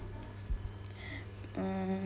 mm